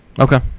Okay